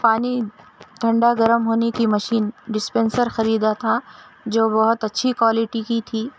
پانی ٹھنڈا گرم ہونے کی مشین ڈسپنسر خریدا تھا جو بہت اچھی کوالٹی کی تھی